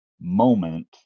moment